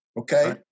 okay